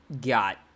got